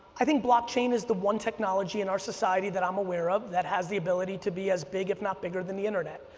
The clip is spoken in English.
i think blockchain is the one technology in our society that i'm aware of that has the ability to be as big if not bigger than the internet.